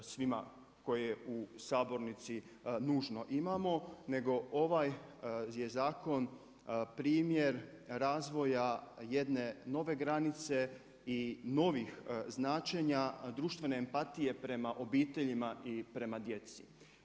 Svima koji u sabornici nužno imamo, nego ovaj je zakon primjer razvoja jedne nove granice i novih značenja društvene empatijama prema obiteljima i prema djeci.